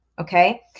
okay